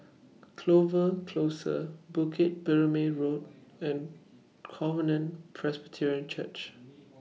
Clover Close Bukit Purmei Road and Covenant Presbyterian Church